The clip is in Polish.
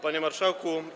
Panie Marszałku!